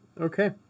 Okay